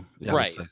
Right